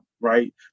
right